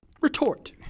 retort